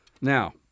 Now